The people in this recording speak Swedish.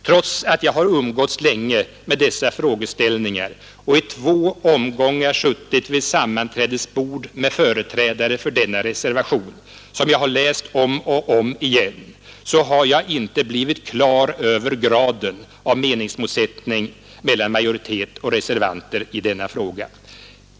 Trots att jag har umgåtts länge med dessa frågeställningar och i två omgångar suttit vid sammanträdesbord med företrädare för denna reservation, som jag har läst om och om igen, så har jag inte blivit klar över graden av meningsmotsättningen mellan majoritet och reservanter i denna fråga.